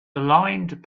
aligned